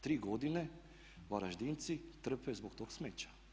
Tri godine Varaždinci trpe zbog tog smeća.